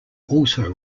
also